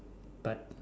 but